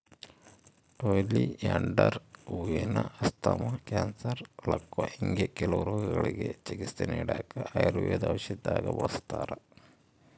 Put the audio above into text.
oleander ಹೂವಾನ asthma, cancer, ಲಕ್ವಾ ಹಿಂಗೆ ಕೆಲವು ರೋಗಗುಳ್ಗೆ ಚಿಕಿತ್ಸೆ ನೀಡಾಕ ಆಯುರ್ವೇದ ಔಷದ್ದಾಗ ಬಳುಸ್ತಾರ